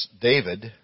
David